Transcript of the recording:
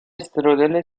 استرودل